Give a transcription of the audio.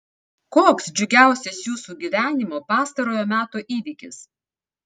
koks džiugiausias jūsų gyvenimo pastarojo meto įvykis